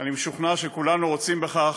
אני משוכנע שכולנו רוצים בכך.